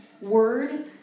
word